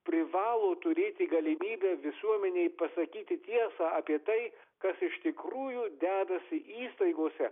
privalo turėti galimybę visuomenei pasakyti tiesą apie tai kas iš tikrųjų dedasi įstaigose